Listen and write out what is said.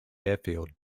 airfield